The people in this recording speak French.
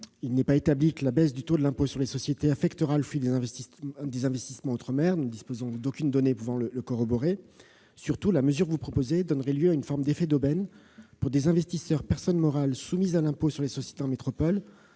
il n'est pas établi que la baisse du taux de l'impôt sur les sociétés affectera le flux des investissements outre-mer. Nous ne disposons d'aucune donnée pouvant corroborer cette hypothèse. Surtout, la mesure proposée entraînerait un effet d'aubaine pour des investisseurs personnes morales soumis à l'impôt sur les sociétés en métropole,